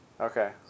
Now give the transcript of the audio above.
Okay